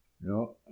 no